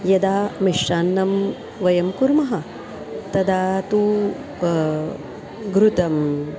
यदा मिश्रान्नं वयं कुर्मः तदा तु घृतम्